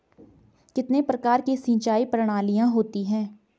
कितने प्रकार की सिंचाई प्रणालियों होती हैं?